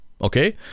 okay